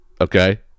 Okay